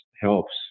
helps